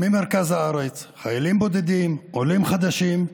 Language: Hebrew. ממרכז הארץ, חיילים בודדים, עולים חדשים,